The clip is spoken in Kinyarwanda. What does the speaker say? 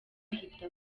ahita